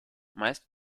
meist